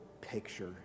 picture